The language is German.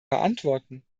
beantworten